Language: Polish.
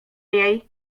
jej